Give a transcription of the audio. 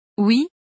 Oui